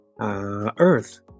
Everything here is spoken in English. Earth